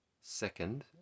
second